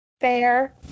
Fair